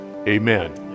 Amen